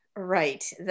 Right